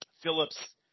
Phillips